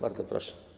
Bardzo proszę.